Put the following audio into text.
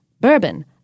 Bourbon